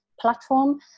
platform